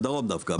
בדרום דווקא.